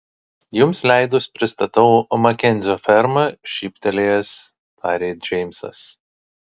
jums leidus pristatau makenzio ferma šyptelėjęs tarė džeimsas